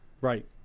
right